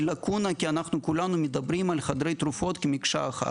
לקונה כי כולנו מדברים על חדרי תרופות כמקשה אחת.